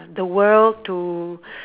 the world to